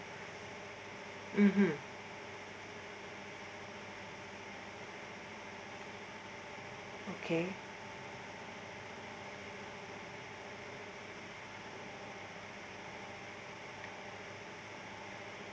mmhmm okay